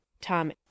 tom